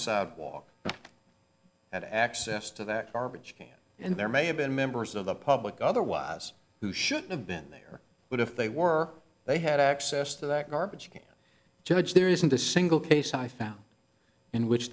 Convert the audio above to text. sidewalk and access to that garbage can and there may have been members of the public otherwise who should have been there but if they were they had access to that garbage can judge there isn't a single case i found in which